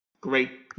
Great